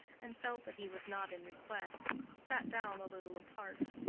and felt that he was not in request sat down a little apart.